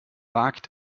wagt